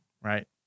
right